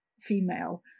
female